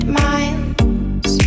miles